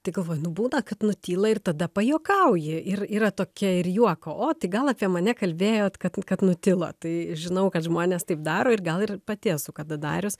tai galvoju nu būna kad nutyla ir tada pajuokauji ir yra tokia ir juoko o tai gal apie mane kalbėjot kad kad nutilot tai žinau kad žmonės taip daro ir gal ir pati esu kada darius